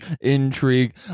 intrigue